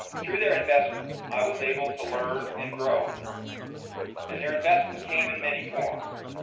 through their investment, i was able to learn and grow and their investment came in many forms,